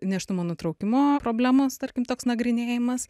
nėštumo nutraukimo problemos tarkim toks nagrinėjimas